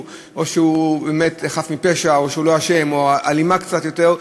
שהוא באמת חף מפשע או שהוא לא אשם או שהיא אלימה קצת יותר,